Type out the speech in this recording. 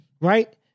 right